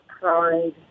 pride